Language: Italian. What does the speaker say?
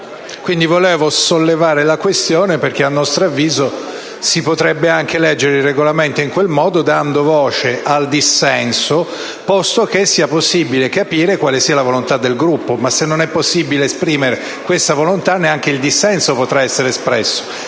Quindi, volevo sollevare la questione in quanto, a nostro avviso, si potrebbe anche leggere il Regolamento in quel modo dando voce al dissenso, posto che sia possibile capire quale sia la volontà del Gruppo. Ma se non è possibile esprimere questa volontà, neanche il dissenso potrà essere espresso.